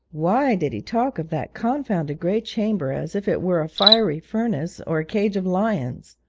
why did he talk of that confounded grey chamber as if it were a fiery furnace, or a cage of lions?